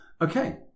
Okay